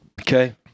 Okay